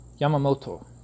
Yamamoto